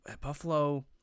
Buffalo